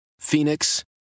Phoenix